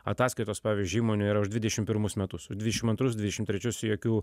ataskaitos pavyzdžiui įmonių yra už dvidešim pirmus metus dvidešim antrus dvidešim trečius jokių